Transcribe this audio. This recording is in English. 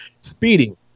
Speeding